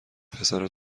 پسرا